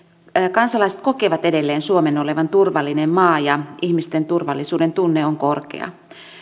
kansalaiset kokevat edelleen suomen olevan turvallinen maa ja ihmisten turvallisuudentunne on korkea